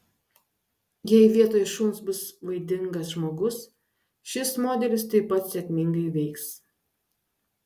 jei vietoj šuns bus vaidingas žmogus šis modelis taip pat sėkmingai veiks